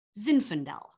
Zinfandel